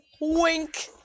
Wink